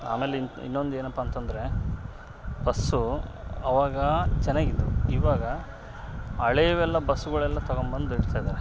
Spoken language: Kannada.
ಆಮೇಲೆ ಇನ್ನೊಂದು ಏನಪ್ಪ ಅಂತಂದ್ರೆ ಬಸ್ಸು ಅವಾಗ ಚೆನ್ನಾಗಿತ್ತು ಇವಾಗ ಹಳೆವೆಲ್ಲ ಬಸ್ಸುಗಳೆಲ್ಲ ತೊಗೋ ಬಂದು ಇಡ್ತಾಯಿದ್ದಾರೆ